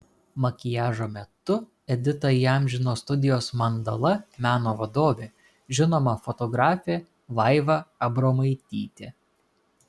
makiažo metu editą įamžino studijos mandala meno vadovė žinoma fotografė vaiva abromaitytė